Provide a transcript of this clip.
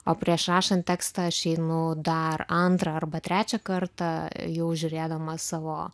o prieš rašant tekstą aš einu dar antrą arba trečią kartą jau žiūrėdama savo